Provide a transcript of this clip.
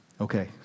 Okay